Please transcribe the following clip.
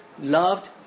loved